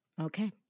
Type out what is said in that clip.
Okay